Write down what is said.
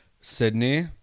sydney